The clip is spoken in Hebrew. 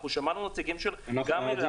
אנחנו שמענו נציגים של אל-על,